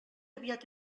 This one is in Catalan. aviat